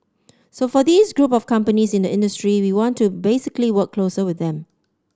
so for these group of companies in the industry we want to basically work closer with them